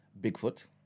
Bigfoot